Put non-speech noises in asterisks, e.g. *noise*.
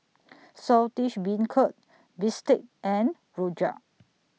*noise* Saltish Beancurd Bistake and Rojak